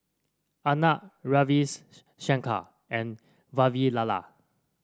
Arnab Ravis Shankar and Vavilala